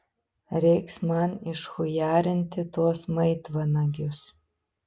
reiks man išchujarinti tuos maitvanagius